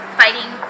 fighting